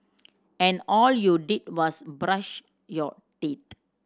and all you did was brush your teeth